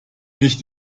nicht